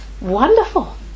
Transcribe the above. Wonderful